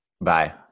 Bye